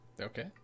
okay